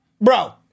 bro